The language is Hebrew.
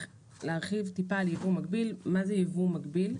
להרחיב טיפה על יבוא מקביל ומה זה יבוא מקביל.